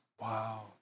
Wow